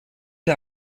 der